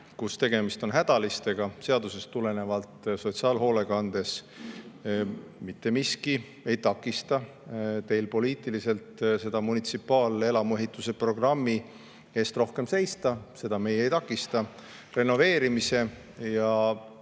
kus tegemist on hädalistega seadusest tulenevalt sotsiaalhoolekandes. Mitte miski ei takista teil poliitiliselt munitsipaalelamuehituse programmi eest rohkem seista, seda meie ei takista. Renoveerimise ja